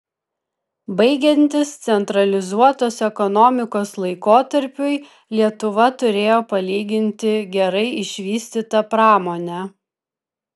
baigiantis centralizuotos ekonomikos laikotarpiui lietuva turėjo palyginti gerai išvystytą pramonę